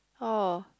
oh